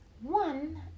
One